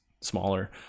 smaller